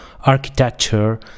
architecture